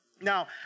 Now